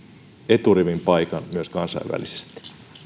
eturivin paikan myös kansainvälisesti